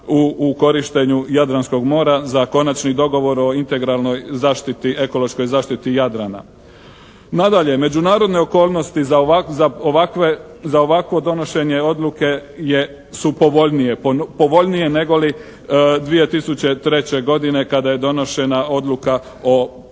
u korištenju Jadranskog mora za konačni dogovor o integralnoj zaštiti, ekološkoj zaštiti Jadrana. Nadalje, međunarodne okolnosti za ovakvo donošenje odluke je, su povoljnije. Povoljnije nego li 2003. godine kada je donošena odluka o proglašenju